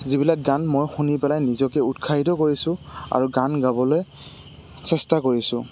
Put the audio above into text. যিবিলাক গান মই শুনি পেলাই নিজকে উৎসাহিত কৰিছোঁ আৰু গান গাবলৈ চেষ্টা কৰিছোঁ